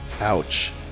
Ouch